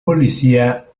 policía